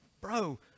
bro